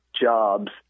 jobs